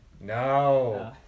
No